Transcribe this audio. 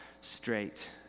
straight